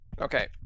Okay